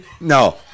No